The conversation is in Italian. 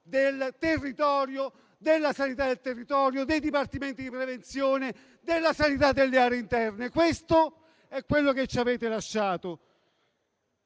smantellamento della sanità del territorio, dei dipartimenti di prevenzione, della sanità delle aree interne. Questo è quello che ci avete lasciato.